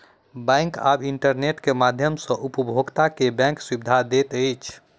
bank आब internet के माध्यम सॅ उपभोगता के बैंक सुविधा दैत अछि